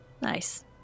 Nice